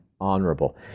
honorable